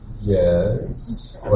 Yes